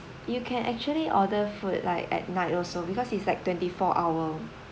you can actually order food like at night also because it's like twenty four hour